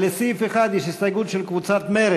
לסעיף 1 יש הסתייגות של קבוצת סיעת מרצ: